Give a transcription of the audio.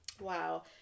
Wow